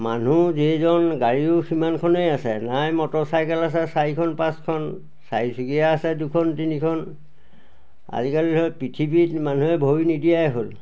মানুহ যেইজন গাড়ীও সিমানখনেই আছে নাই মটৰ চাইকেল আছে চাৰিখন পাঁচখন চাৰিচকীয়া আছে দুখন তিনিখন আজিকালি ধৰক পৃথিৱীত মানুহে ভৰি নিদিয়াই হ'ল